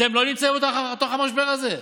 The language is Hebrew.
אתם לא נמצאים בתוך המשבר הזה,